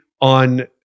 on